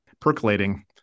percolating